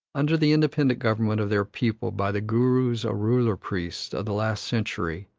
under the independent government of their people by the gurus, or ruler-priests, of the last century,